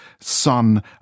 son